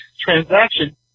transaction